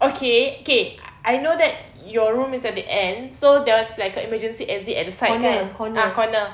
okay okay I know that your room is at the end so there was like a emergency exit at the side kan ah corner